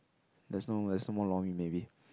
there's no there's no more lor-mee maybe